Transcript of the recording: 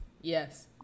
Yes